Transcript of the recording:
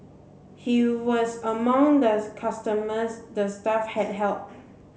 he was among does customers the staff had helped